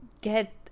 get